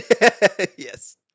Yes